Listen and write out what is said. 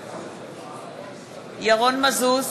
מזוז,